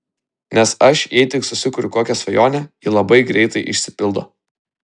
nes aš jei tik susikuriu kokią svajonę ji labai greitai išsipildo